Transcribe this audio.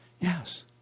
Yes